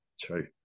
true